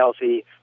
healthy